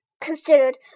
considered